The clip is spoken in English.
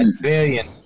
billion